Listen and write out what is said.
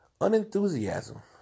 unenthusiasm